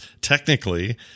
technically